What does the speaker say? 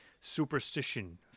superstition